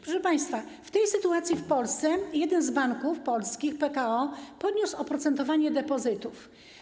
Proszę państwa, w tej sytuacji w Polsce jeden z polskich banków, PKO, podniósł oprocentowanie depozytów.